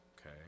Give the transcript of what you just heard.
okay